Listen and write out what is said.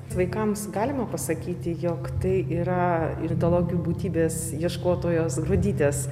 vaikams galima pasakyti jog tai yra ir idelogijų būtybės ieškotojos gruodytės